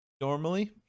normally